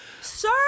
Sir